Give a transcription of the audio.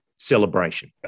celebration